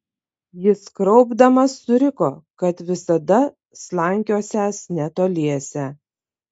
jis kraupdamas suriko kad visada slankiosiąs netoliese